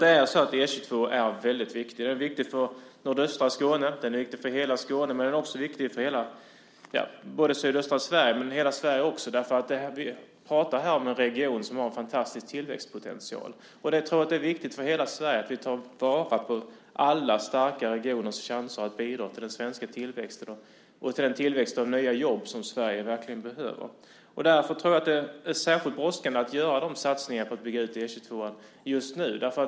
E 22 är väldigt viktig, för nordöstra Skåne, för hela Skåne, för sydöstra Sverige och för hela Sverige. Vi pratar om en region som har en fantastisk tillväxtpotential, och jag tror att det är viktigt för hela Sverige att vi tar vara på alla starka regioners chanser att bidra till den svenska tillväxten och till den tillväxt av nya jobb som Sverige verkligen behöver. Därför tror jag att det är särskilt brådskande att göra satsningarna på att bygga ut E 22:an just nu.